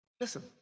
Listen